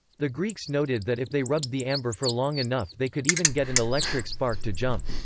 the greeks noted that if they rubbed the amber for long enough they could even get an electric spark to jump.